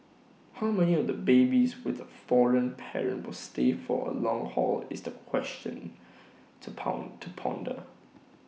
how many of the babies with A foreign parent will stay for A long haul is the question to pound to ponder